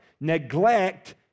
Neglect